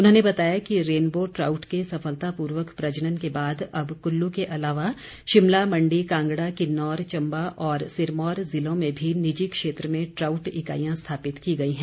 उन्होंने बताया कि रेनबो ट्राउट के सफलतापूर्वक प्रजनन के बाद अब कुल्लू के अलावा शिमला मण्डी कांगड़ा किन्नौर चम्बा और सिरमौर जिलों में भी निजी क्षेत्र में ट्राउट इकाईयां स्थापित की गई हैं